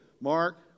Mark